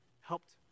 helped